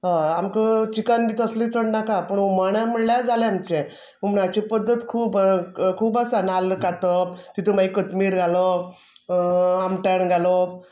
हय आमक चिकन बी तसलें चड णाका पूण हुमण म्हळ्ळ्या जालें आमचें हुमणाची पद्दत खूब क खूब आसा नाल्ल कांतप तितू माय कतमीर घालोप आमटाण घालोप